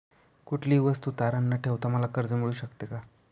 कुठलीही वस्तू तारण न ठेवता मला कर्ज मिळू शकते का?